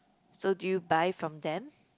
so do you buy from them